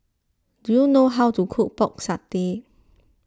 do you know how to cook Pork Satay